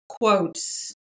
Quotes